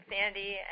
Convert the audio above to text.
Sandy